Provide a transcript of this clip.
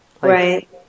Right